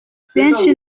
benshi